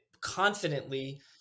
confidently